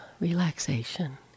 relaxation